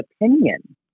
opinion